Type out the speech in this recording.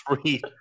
three